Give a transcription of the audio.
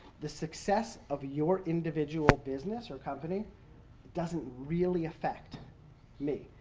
the success of your individual business or company doesn't really affect me.